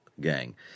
gang